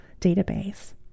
database